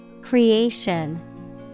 Creation